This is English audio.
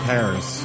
Paris